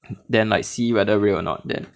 then like see whether real or not then